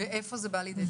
איפה זה בא לידי ביטוי?